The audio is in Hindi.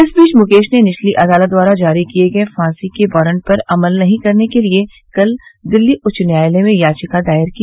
इस बीच मुकेश ने निचली अदालत द्वारा जारी किये गये फांसी के वारंट पर अमल नहीं करने के लिए कल दिल्ली उच्च न्यायालय में याचिका दायर की